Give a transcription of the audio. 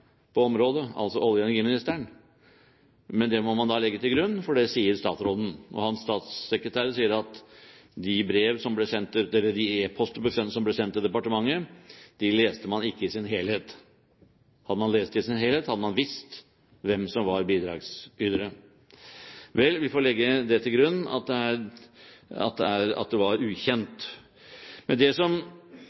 på området, altså olje- og energiministeren. Men det må man da legge til grunn, for det sier statsråden. Hans statssekretærer sier at de e-poster som ble sendt til departementet, leste man ikke i sin helhet. Hadde man lest dem i sin helhet, hadde man visst hvem som var bidragsytere. Vel, vi får legge til grunn at det var ukjent. Men det som